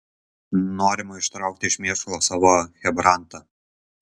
norima ištraukti iš mėšlo savo chebrantą